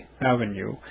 Avenue